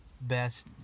best